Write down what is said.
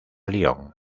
lyon